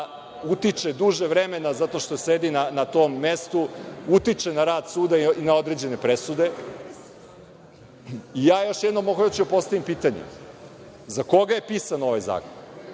utiče duže vremena zato što sedi na tom mestu, utiče na rad suda i na određene presude. Još jednom hoću da postavim pitanje – za koga je pisan ovaj zakon?